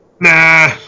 Nah